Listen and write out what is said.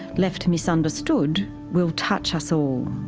left misunderstood, will touch us all.